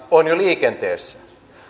on jo liikenteessä